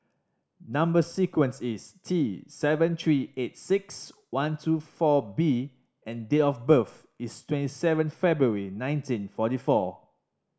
number sequence is T seven three eight six one two four B and date of birth is twenty seven February nineteen forty four